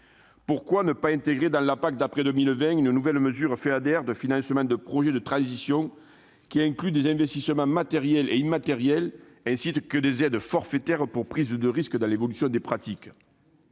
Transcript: Pourquoi ne pas intégrer dans la PAC d'après 2020 une nouvelle mesure Feader de financement de projets de transition, qui inclue des investissements matériels et immatériels ainsi que des aides forfaitaires pour prise de risque dans l'évolution des pratiques ?